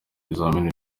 ibizamini